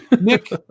Nick